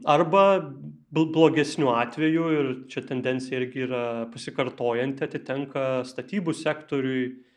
arba blogesniu atveju ir čia tendencija irgi yra pasikartojanti atitenka statybų sektoriui